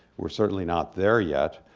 we're certainly not there yet.